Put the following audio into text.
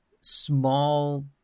small